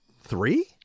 Three